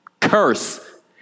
Curse